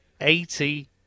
eighty